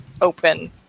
open